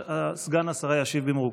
סגן השרה ישיב במרוכז.